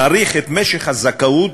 מאריך את משך הזכאות